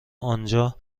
انجا